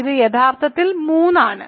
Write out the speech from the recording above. ഇത് യഥാർത്ഥത്തിൽ മൂന്ന് ആണ്